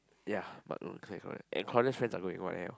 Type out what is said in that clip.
ya but no Claire correct and Claudia's friends are going what the hell